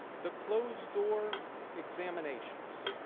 the closed door examinations